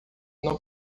não